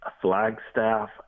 Flagstaff